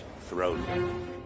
throne